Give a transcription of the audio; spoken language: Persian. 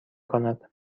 کند